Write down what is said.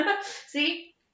See